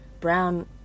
Brown